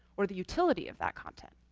or the utility of that content.